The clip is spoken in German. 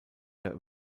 der